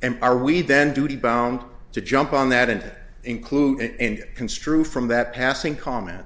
and are we then duty bound to jump on that and include and construe from that passing comment